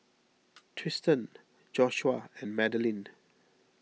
Tristen Joshua and Magdalena